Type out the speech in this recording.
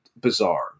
bizarre